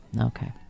Okay